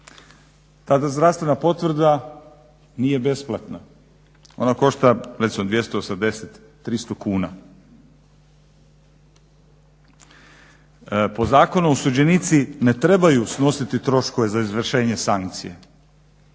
Ta zdravstvena potvrda nije besplatna, ona košta recimo 280, 300 kuna. Po zakonu osuđenici ne trebaju snositi troškove za izvršenje sankcije.